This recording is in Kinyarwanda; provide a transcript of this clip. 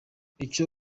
icyo